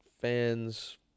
fans